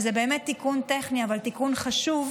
וזה באמת תיקון טכני אבל חשוב,